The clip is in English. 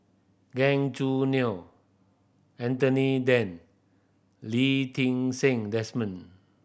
Gan Choo Neo Anthony Then Lee Ti Seng Desmond